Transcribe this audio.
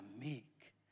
meek